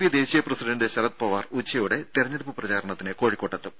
P ദേശീയ president Sharad Pawar ഉച്ചയോടെ തെരഞ്ഞെടുപ്പ് പ്രചാരണത്തിന് കോഴിക്കോട്ടെത്തും